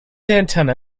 antenna